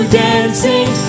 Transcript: dancing